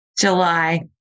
July